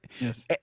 Yes